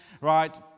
right